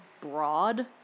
broad